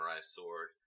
sword